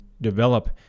develop